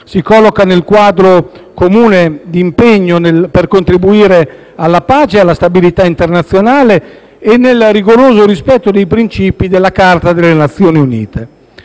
si colloca nel quadro del comune impegno per contribuire alla pace ed alla stabilità internazionale e nel rigoroso rispetto dei principi della Carta delle Nazioni Unite.